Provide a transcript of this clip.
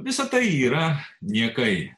visa tai yra niekai